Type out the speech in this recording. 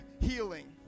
healing